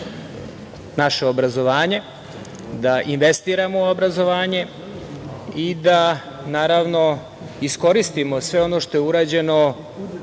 naše obrazovanje, da investiramo u obrazovanje i da iskoristimo sve ono što je urađeno